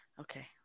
Okay